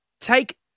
take